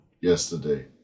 yesterday